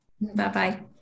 Bye-bye